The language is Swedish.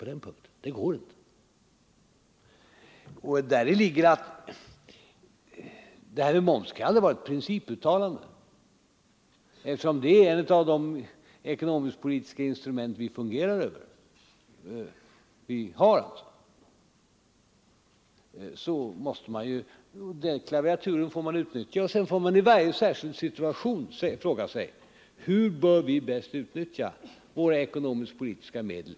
Momsförfarandet innebär inte något principiellt ställningstagande, eftersom momsen är ett av de ekonomisk-politiska instrument som vi förfogar över. Den klaviaturen får vi spela på. I varje särskild situation måste vi fråga oss hur vi bäst kan utnyttja våra ekonomisk-politiska medel.